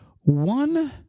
One